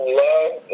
love